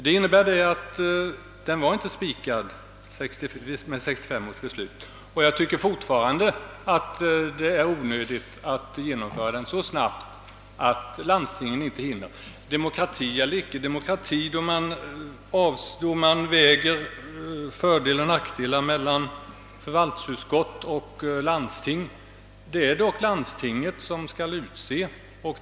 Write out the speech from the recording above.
Det innebär att omorganisationen inte var spikad genom 1965 års beslut, och jag tycker fortfarande det är onödigt att genomföra den så snabbt, att landstingen inte hinner med. Statsrådet talar om demokrati eller icke demokrati, då man väger fördelar och nackdelar mellan förvaltningsutskott och landsting. Det är dock så att landstinget skall utse ledamöterna.